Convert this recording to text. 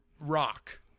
rock